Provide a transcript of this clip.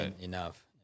enough